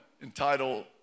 entitle